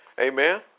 Amen